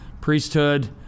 priesthood